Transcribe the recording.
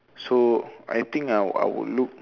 so I think I'll I will look